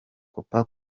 copa